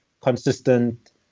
consistent